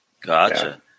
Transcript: Gotcha